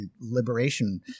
liberation